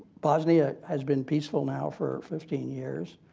bosnia has been peaceful now for fifteen years.